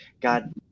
god